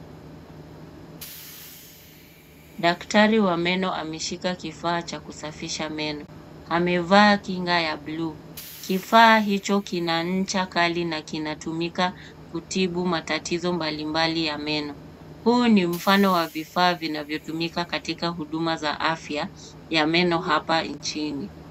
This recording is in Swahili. Daktari wa meno ameshika kifaa cha kusafisha meno. Amevaa kinga ya buluu. Kifaa hicho kina ncha kali na kinatumika kutibu matatizo mbalimbali ya meno. Huu ni mfao wa vifaa vinavyotumika katika huduma za afya ya meno hapa nchini.